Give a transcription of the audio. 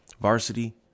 Varsity